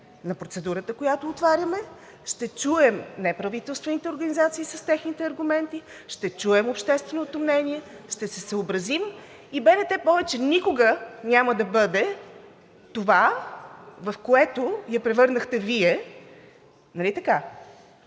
на процедурата, която отваряме, ще чуем неправителствените организации с техните аргументи. Ще чуем общественото мнение, ще се съобразим и БНТ повече никога няма да бъде това, в което го превърнахте Вие, нали така